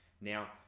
now